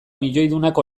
milioidunak